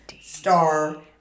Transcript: star